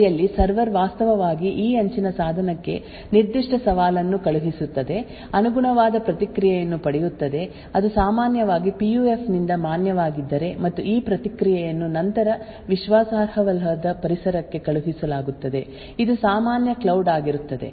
ಆದ್ದರಿಂದ ಎಂದಿನಂತೆ ಈ ನಿರ್ದಿಷ್ಟ ಮಾದರಿಯಲ್ಲಿ ಸರ್ವರ್ ವಾಸ್ತವವಾಗಿ ಈ ಅಂಚಿನ ಸಾಧನಕ್ಕೆ ನಿರ್ದಿಷ್ಟ ಸವಾಲನ್ನು ಕಳುಹಿಸುತ್ತದೆ ಅನುಗುಣವಾದ ಪ್ರತಿಕ್ರಿಯೆಯನ್ನು ಪಡೆಯುತ್ತದೆ ಅದು ಸಾಮಾನ್ಯವಾಗಿ ಪಿಯುಎಫ್ ನಿಂದ ಮಾನ್ಯವಾಗಿದ್ದರೆ ಮತ್ತು ಈ ಪ್ರತಿಕ್ರಿಯೆಯನ್ನು ನಂತರ ವಿಶ್ವಾಸಾರ್ಹವಲ್ಲದ ಪರಿಸರಕ್ಕೆ ಕಳುಹಿಸಲಾಗುತ್ತದೆ ಇದು ಸಾಮಾನ್ಯ ಕ್ಲೌಡ್ ಆಗಿರುತ್ತದೆ